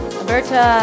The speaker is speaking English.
Alberta